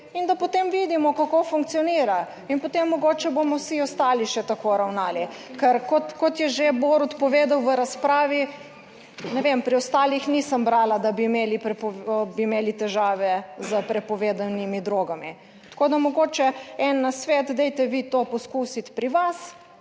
in da potem vidimo kako funkcionira in potem mogoče bomo vsi ostali še tako ravnali. Ker kot je že Borut povedal v razpravi, ne vem, pri ostalih nisem brala, da bi imeli, bi imeli težave s prepovedanimi drogami. Tako da, mogoče en nasvet. Dajte vi to poskusiti pri vas,